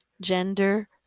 gender